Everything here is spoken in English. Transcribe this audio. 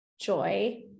Joy